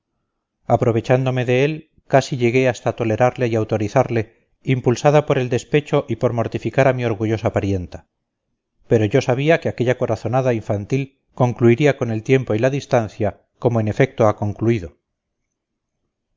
aprovechándome de él casi llegué hasta tolerarle y autorizarle impulsada por el despecho y por mortificar a mi orgullosa parienta pero yo sabía que aquella corazonada infantil concluiría con el tiempo y la distancia como en efecto ha concluido